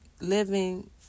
living